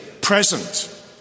present